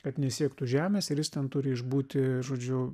kad nesiektų žemės ir jis ten turi išbūti žodžiu